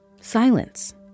silence